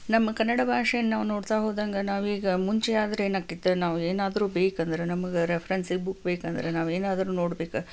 ನಮ್ಮ ಕನ್ನಡ ಭಾಷೆನ ನಾವು ನೋಡ್ತಾ ಹೋದಂಗೆ ನಾವೀಗ ಮುಂಚೆ ಆದರೆ ಏನಾಗ್ತಿತ್ತು ನಾವು ಏನಾದರೂ ಬೇಕಂದರೆ ನಮಗೆ ರೆಫ್ರೆನ್ಸಿಗೆ ಬುಕ್ ಬೇಕಂದರೆ ನಾವು ಏನಾದರೂ ನೋಡ್ಬೇಕು